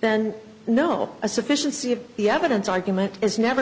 then no a sufficiency of the evidence argument is never